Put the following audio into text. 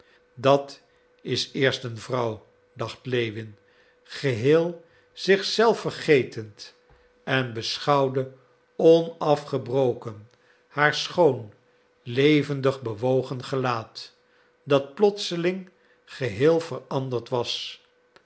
dat is eerst een vrouw dacht lewin geheel zich zelf vergetend en beschouwde onafgebroken haar schoon levendig bewogen gelaat dat plotseling geheel veranderd was